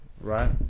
right